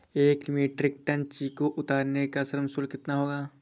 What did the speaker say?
एक metric ton चीकू उतारने का श्रम शुल्क कितना होगा?